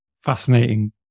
Fascinating